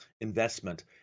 investment